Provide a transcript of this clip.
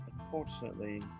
unfortunately